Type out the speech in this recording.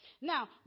Now